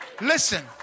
listen